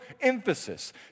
emphasis